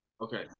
Okay